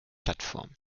plattform